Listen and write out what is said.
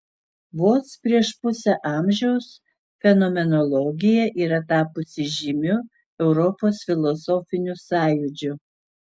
vos prieš pusę amžiaus fenomenologija yra tapusi žymiu europos filosofiniu sąjūdžiu